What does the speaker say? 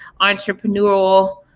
entrepreneurial